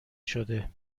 شده